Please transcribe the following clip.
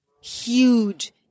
huge